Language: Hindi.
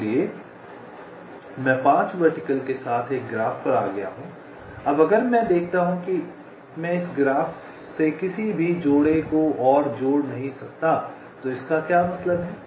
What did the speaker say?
इसलिए मैं 5 वर्टिकल के साथ एक ग्राफ पर आ गया हूं अब अगर मैं देखता हूं कि मैं इस ग्राफ से किसी भी जोड़े को और जोड़ नहीं सकता तो इसका क्या मतलब है